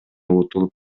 утулуп